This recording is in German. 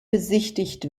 besichtigt